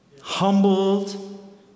Humbled